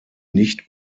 nicht